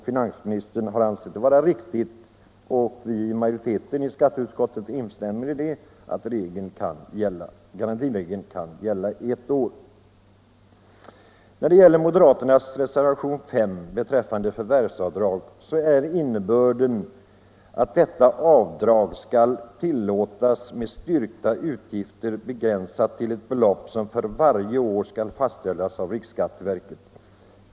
Finansministern har ansett det vara riktigt att garantiregeln kan gälla under ett år, och majoriteten i skatteutskottet instämmer i detta. Jag vill sedan ta upp moderaternas reservation 5 beträffande förvärvsavdrag. Detta avdrag skulle tillåtas för styrkta utgifter, begränsade till ett belopp som för varje år skall fastställas av riksskatteverket.